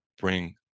bring